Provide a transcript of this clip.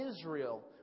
Israel